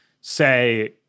say-